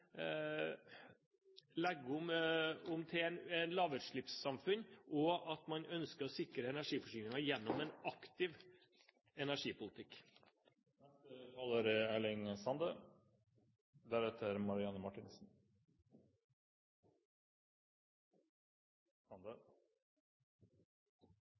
legge om til et lavutslippssamfunn, og at man ønsker å sikre energiforsyningen gjennom en aktiv